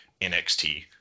NXT